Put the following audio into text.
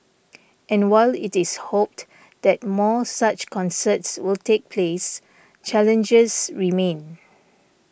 and while it is hoped that more such concerts will take place challenges remain